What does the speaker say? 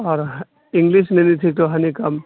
اور انگلش لینی تھی ٹو ہنی کم